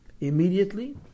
immediately